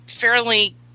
fairly